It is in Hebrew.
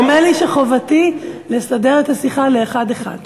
אבל נדמה לי שחובתי לסדר את השיחה לאחד-אחד.